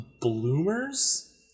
Bloomers